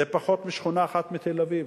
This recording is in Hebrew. זה פחות משכונה אחת בתל-אביב